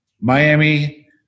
Miami